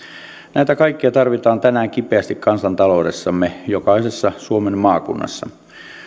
näitä kaikkia tarvitaan tänään kipeästi kansantaloudessamme jokaisessa suomen maakunnassa